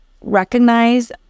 recognize